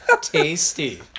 tasty